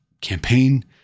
campaign